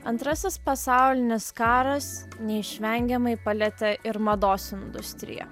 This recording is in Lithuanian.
antrasis pasaulinis karas neišvengiamai palietė ir mados industriją